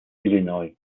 illinois